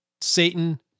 Satan